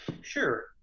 Sure